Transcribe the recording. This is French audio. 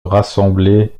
rassembler